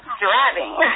driving